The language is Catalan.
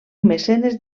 mecenes